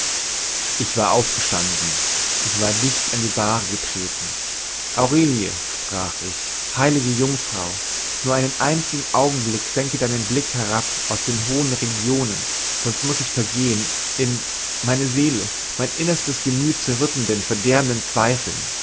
ich war aufgestanden ich war dicht an die bahre getreten aurelie sprach ich heilige jungfrau nur einen einzigen augenblick senke deinen blick herab aus den hohen regionen sonst muß ich vergehen in meine seele mein innerstes gemüt zerrüttenden verderbenden zweifeln